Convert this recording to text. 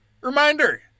Reminder